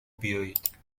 بیایید